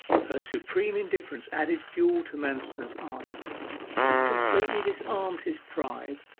her supreme indifference added fuel to manston's ardour it completely disarmed his pride.